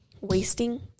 wasting